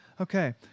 Okay